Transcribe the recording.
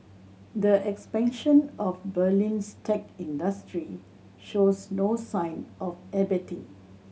the expansion of Berlin's tech industry shows no sign of abating